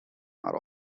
are